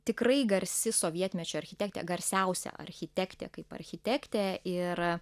tikrai garsi sovietmečio architektė garsiausia architektė kaip architektė ir